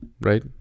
right